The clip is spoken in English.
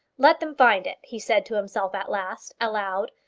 let them find it, he said to himself at last, aloud.